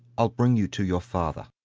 i'll bring you to your father.